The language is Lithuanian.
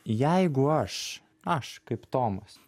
jeigu aš aš kaip tomas